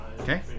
Okay